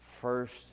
first